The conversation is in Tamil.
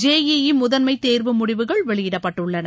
ஜே இ இ முதன்மை தேர்வு முடிவுகள் வெளியிடப்பட்டுள்ளன